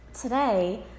Today